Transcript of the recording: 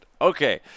Okay